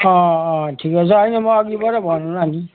अँ अँ ठिकै छ होइन म अघिबाटै भनौँला नि